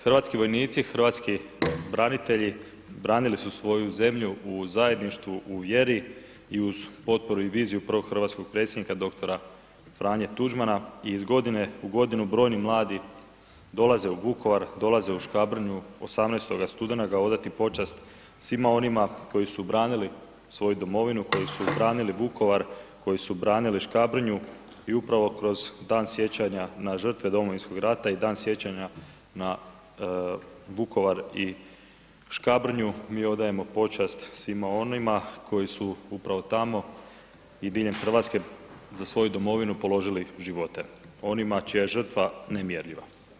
Hrvatski vojnici i hrvatski branitelji branili su svoju zelju u zajedništvu, u vjeri i uz potporu i viziju prvog hrvatskog Predsjednika dr. Franje Tuđmana i iz godine u godinu brojni mladi dolaze u Vukovar, dolaze u Škabrnju 18. studenoga odati počast svima onima koji su branili svoju domovinu, koji su branili Vukovar, koji su branili Škabrnju i upravo kroz Dan sjećanja na žrtve Domovinskog rata i Dan sjećanja na Vukovar i Škabrnju, mi odajemo počast svima onima koji su upravo tamo i diljem Hrvatske za svoju domovinu položili živote, onima čija je žrtva nemjerljiva.